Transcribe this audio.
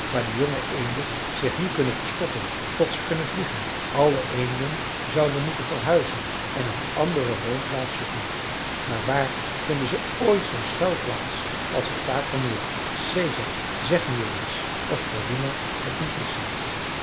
waar de jonge eenden zich nu kunnen verstoppen tot ze kunnen vliegen alle eenden zouden moeten verhuizen en een andere woonplaats zoeken maar waar vinden ze ooit zoo'n schuilplaats als het takermeer caesar zeg nu eens of klorina het niet mis heeft